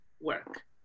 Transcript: work